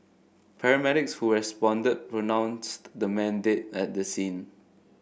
paramedics who responded pronounced the man dead at the scene